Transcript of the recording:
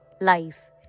life